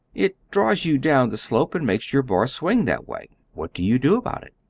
it draws you down the slope, and makes your bar swing that way. what do you do about it?